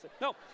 No